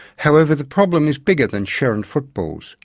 however the problem is bigger than sherrin footballs.